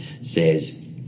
says